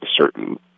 certain